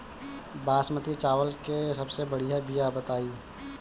बासमती चावल के सबसे बढ़िया बिया बताई?